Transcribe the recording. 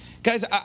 Guys